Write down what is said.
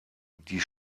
die